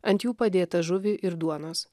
ant jų padėtą žuvį ir duonos